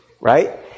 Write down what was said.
Right